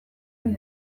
ohi